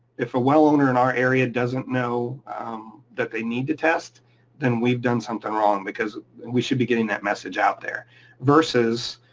if a well owner in our area doesn't know that they need to test then we've done something wrong, because we should be getting that message out there versus,